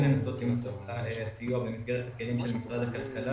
מנסה למצוא סיוע במסגרת משרד הכלכלה.